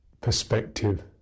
perspective